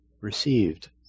received